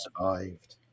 survived